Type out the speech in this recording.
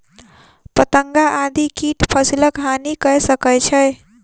पतंगा आदि कीट फसिलक हानि कय सकै छै